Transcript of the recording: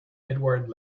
edward